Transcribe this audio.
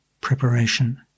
preparation